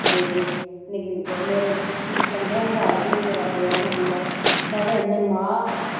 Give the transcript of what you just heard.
जाइयै निक्के निक्के मेरे पंदरां साल दी ही मेरा प्योऽ मरी गेआ साढ़े इन्ने मांह्